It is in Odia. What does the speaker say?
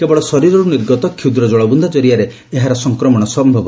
କେବଳ ଶରୀରରୁ ନିର୍ଗତ କ୍ଷୁଦ୍ର ଜଳବୁନ୍ଦା ଜରିଆରେ ଏହାର ସଂକ୍ରମଣ ସମ୍ଭବ